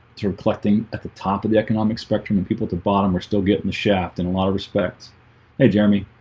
through plucking at the top of the economic spectrum and people at the bottom are still getting the shaft and a lot of respect hey jeremy.